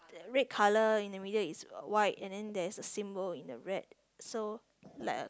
red colour in the middle is white and then there is a symbol in the red so like a